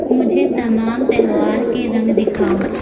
مجھے تمام تہوار کے رنگ دکھاؤ